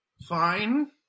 fine